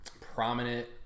prominent